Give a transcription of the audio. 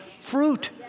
fruit